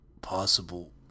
possible